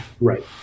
right